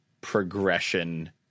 progression